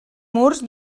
murs